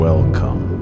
Welcome